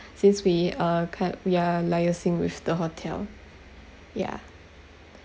since we uh kind we are liaising with the hotel yeah